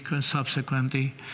subsequently